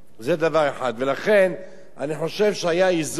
לכן אני חושב שהיה איזון,